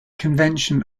convention